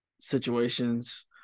situations